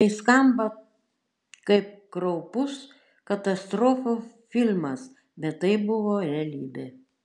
tai skamba kaip kraupus katastrofų filmas bet tai buvo realybė